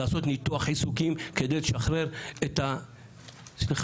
לעשות ניתוח עיסוקים כדי לשחרר את הפלונטר.